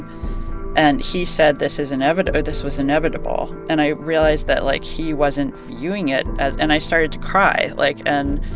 and he said this is or this was inevitable. and i realized that, like, he wasn't viewing it as and i started to cry, like and,